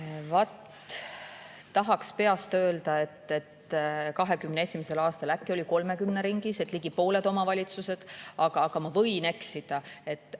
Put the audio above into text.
Vaat tahaks peast öelda, et 2021. aastal äkki oli 30 ringis ehk ligi pooled omavalitsused, aga ma võin eksida. See